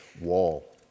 wall